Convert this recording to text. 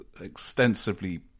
extensively